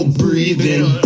breathing